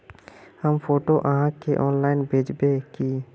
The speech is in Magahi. हम फोटो आहाँ के ऑनलाइन भेजबे की?